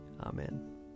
Amen